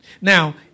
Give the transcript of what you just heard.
Now